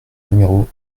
numéro